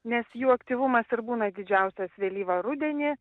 nes jų aktyvumas ir būna didžiausias vėlyvą rudenį